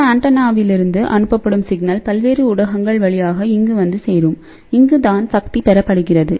இந்த ஆண்டெனாவிலிருந்து அனுப்பப்படும்சிக்னல்பல்வேறு ஊடகங்கள் வழியாக இங்கு வந்து சேரும் இங்குதான் சக்தி பெறப்படுகிறது